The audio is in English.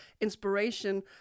inspiration